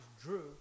drew